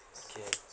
okay